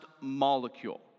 molecule